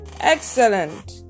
excellent